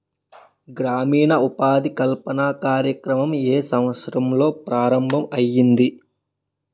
గ్రామీణ ఉపాధి కల్పన కార్యక్రమం ఏ సంవత్సరంలో ప్రారంభం ఐయ్యింది?